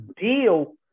deal